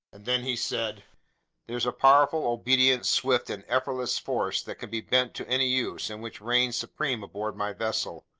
then he said there's a powerful, obedient, swift, and effortless force that can be bent to any use and which reigns supreme aboard my vessel.